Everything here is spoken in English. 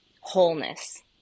wholeness